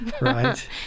Right